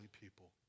people